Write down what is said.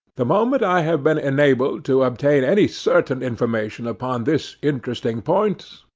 the moment i have been enabled to obtain any certain information upon this interesting point,